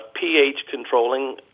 pH-controlling